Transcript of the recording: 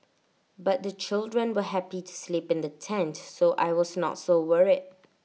but the children were happy to sleep in the tent so I was not so worried